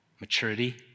maturity